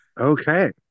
Okay